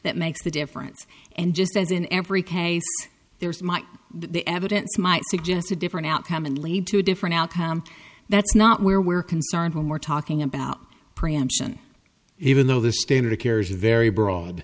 that makes the difference and just as in every case there is much the evidence might suggest a different outcome and lead to a different outcome that's not where we're concerned when we're talking about preemption even though the standard of care is very broad